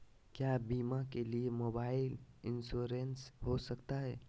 क्या बीमा के लिए मोबाइल इंश्योरेंस हो सकता है?